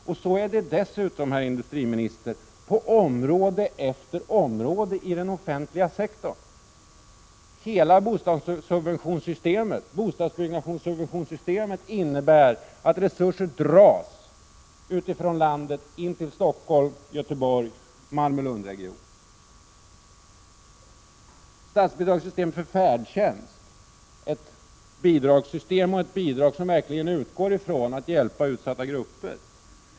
Och så är det dessutom, herr industriminister, på område efter område i den offentliga sektorn. Hela subventionssystemet för bostadsbyggandet innebär att resurser dras in från landet till Stockholm, Göteborg och Malmö-Lund-regionen. Statsbidragssystemet för färdtjänst är ett bidragssystem som verkligen avser att hjälpa utsatta grupper.